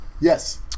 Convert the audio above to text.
Yes